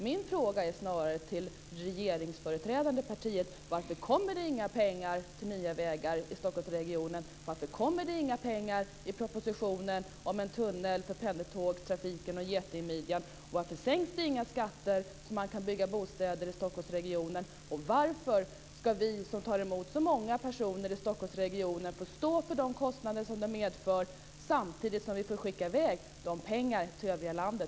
Min fråga till det regeringsföreträdande partiet är varför det inte kommer några pengar till nya vägar i Stockholmsregionen. Varför finns det inte pengar i propositionen för en tunnel för pendeltågstrafiken och getingmidjan? Varför sänks det inte några skatter så att det går att bygga bostäder i Stockholmsregionen? Varför ska vi som tar emot så många personer i Stockholmsregionen få stå för de kostnader de medför samtidigt som vi måste skicka i väg de pengar vi får in till övriga landet?